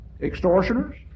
extortioners